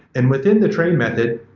and within the train method,